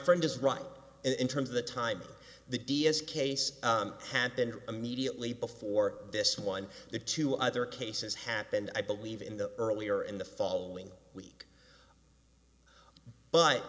friend just right in terms of the time the d a s case had been immediately before this one the two other cases happened i believe in the earlier in the following week but